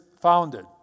founded